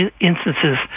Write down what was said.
instances